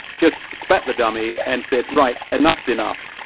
just spat the dummy and said, right, enough's enough',